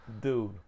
Dude